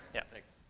yeah, thanks.